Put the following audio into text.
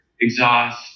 exhaust